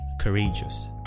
courageous